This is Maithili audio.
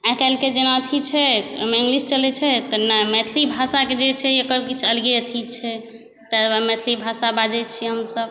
आइकाल्हिके जेना अथी छै तऽ ओहिमे इङ्गलिश चलै छै तऽ नहि मैथिली भाषाके जे छै एकर किछु अलगे अथी छै तेँ मैथिली भाषाके बाजै छिए हमसब